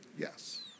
Yes